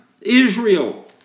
Israel